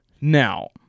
Now